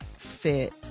fit